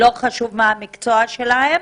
בכל המקצועות.